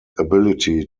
ability